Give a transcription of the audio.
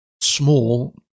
small